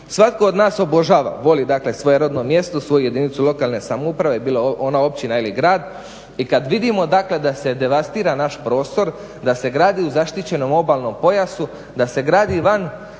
Svatko od nas obožava, voli dakle svoje rodno mjesto, svoju jedinicu lokalne samouprave bila ona općina ili grad i kad vidimo dakle da se devastira naš prostor, da se gradi u zaštićenom obalnom pojasu, da se gradi van